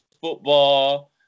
football